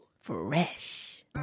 fresh